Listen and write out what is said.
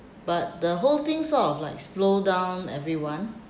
but the whole thing sort of like slow down everyone